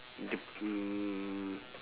the mm